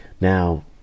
now